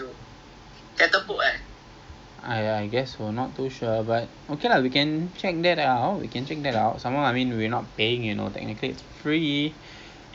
uh I'm not sure about the harga biasa but I think it will be much more than that lah definitely much more than that but actual price I am not too sure actually I pun tak pernah makan I just saw this on the telegram group